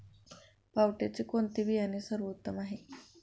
पावट्याचे कोणते बियाणे सर्वोत्तम आहे?